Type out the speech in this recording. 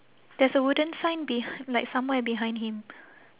there's a wooden sign beh~ like somewhere behind him